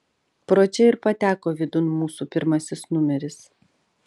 pro čia ir pateko vidun mūsų pirmasis numeris